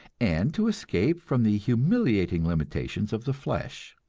and to escape from the humiliating limitations of the flesh.